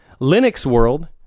Linuxworld